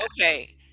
Okay